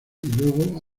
luego